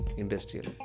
industrial